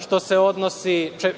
čitavog kraja,